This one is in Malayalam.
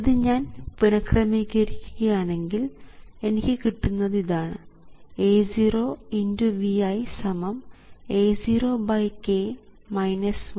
ഇത് ഞാൻ പുനഃക്രമീകരിക്കുകയാണെങ്കിൽ എനിക്ക് കിട്ടുന്നത് ഇതാണ് A0 x Vi സമം A0k 1V0 ആണ്